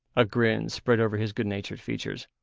a grin spread over his good-natured features.